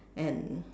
and